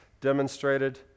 demonstrated